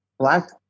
Black